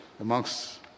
amongst